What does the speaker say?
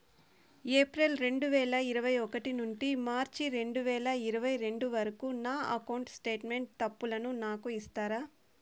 April రెండు వేల ఇరవై ఒకటి నుండి మార్చ్ రెండు వేల ఇరవై రెండు వరకు నా అకౌంట్ స్టేట్మెంట్ తప్పులను నాకు ఇస్తారా?